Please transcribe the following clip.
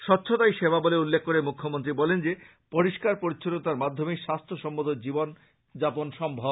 স্বচ্ছতাই সেবা বলে উল্লেখ করে মুখ্যমন্ত্রী বলেন যে পরিষ্কার পরিচ্ছন্নতার মাধ্যমেই স্বাস্থ্য সম্মত জীবন যাপন সম্ভব